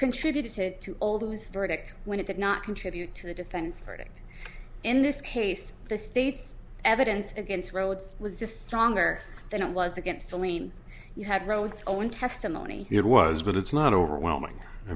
contributed to all those verdict when it did not contribute to the defense verdict in this case the state's evidence against rhodes was just stronger than it was against saline you had roads own testimony it was but it's not overwhelming i